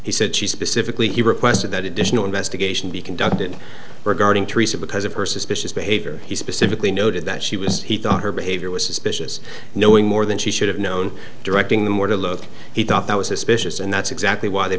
he said she specifically he requested that additional investigation be conducted regarding teresa because of her suspicious behavior he specifically noted that she was he thought her behavior was suspicious knowing more than she should have known directing them where to look he thought that was suspicious and that's exactly why they